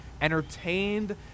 entertained